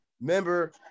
member